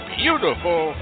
beautiful